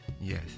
yes